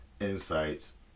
insights